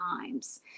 times